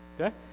okay